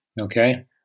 okay